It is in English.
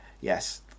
yes